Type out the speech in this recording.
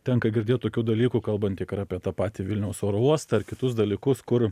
tenka girdėt tokių dalykų kalbant tiek ir apie tą patį vilniaus oro uostą ar kitus dalykus kur